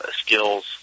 skills